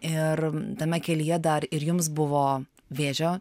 ir tame kelyje dar ir jums buvo vėžio